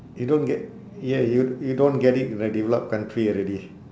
you don't get ya you you don't get it in a developed country already